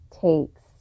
takes